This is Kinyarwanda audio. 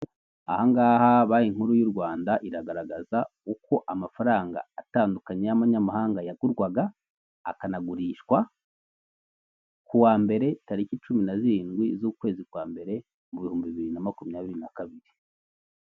Ahangaha banki nkuru y'u Rwanda iragaragaza uko amafaranga atandukanye y'amanyamahanga yagurwaga, akanagurishwa, ku wa mbere, tariki cumi na zirindwi z'ukwezi kwa mbere, mu bihumbi bibiri na makumyabiri na kabiri.